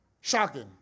shocking